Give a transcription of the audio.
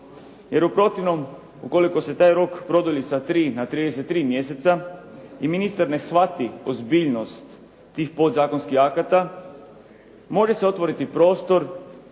Jer u protivnom ukoliko se taj rok produlji sa 3 na 33 mjeseca i ministar ne shvati ozbiljnost tih podzakonskih akata može se otvoriti prostor,